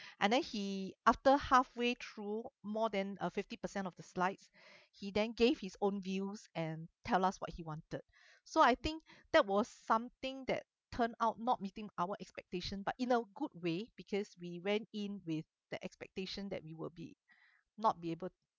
and then he after halfway through more than uh fifty percent of the slides he then gave his own views and tell us what he wanted so I think that was something that turned out not meeting our expectation but in a good way because we went in with the expectation that we will be not be able